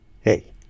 Hey